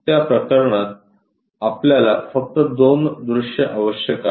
त्या प्रकरणात आपल्याला फक्त दोन दृश्ये आवश्यक आहेत